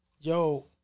yo